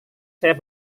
saya